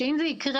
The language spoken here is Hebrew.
שאם זה יקרה,